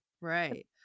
right